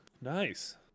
Nice